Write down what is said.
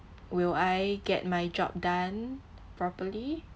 will I get my job done properly